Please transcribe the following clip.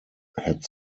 had